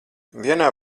vienā